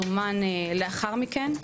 זומן לאחר מכן,